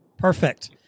Perfect